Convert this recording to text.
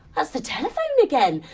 that's the telephone again.